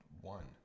one